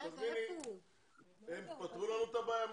כל אחד מהם יקבל חצי שעה, ונפתור את הבעיה.